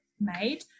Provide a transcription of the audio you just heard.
made